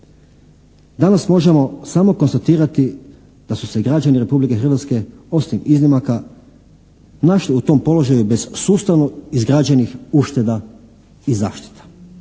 Danas možemo samo konstatirati da su se građani Republike Hrvatske osim iznimaka našli u tom položaju bez sustavno izgrađenih ušteda i zaštita.